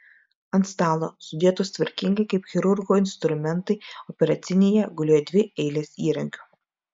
ant stalo sudėtos tvarkingai kaip chirurgo instrumentai operacinėje gulėjo dvi eilės įrankių